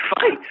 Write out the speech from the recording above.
fight